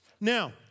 Now